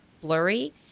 blurry